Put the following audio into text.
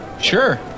Sure